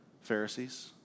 Pharisees